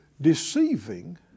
Deceiving